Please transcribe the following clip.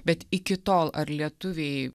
bet iki tol ar lietuviai